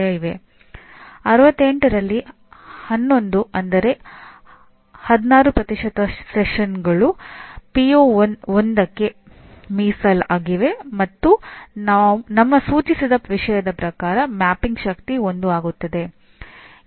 ಇದು ಬಹಳ ವಿವರವಾದ ರಚನೆಯನ್ನು ಹೊಂದಿದೆ ಮತ್ತು ಮಾನ್ಯತೆಯನ್ನು ಬಯಸುವ ಪ್ರೋಗ್ರಾಂ ಸಂಸ್ಥೆಯ ಮೂಲಕ ಈ ದಾಖಲೆಯನ್ನು ಸಲ್ಲಿಸುತ್ತದೆ